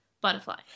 Butterfly